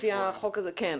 לפי החוק הזה כן.